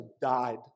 died